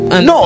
no